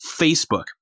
Facebook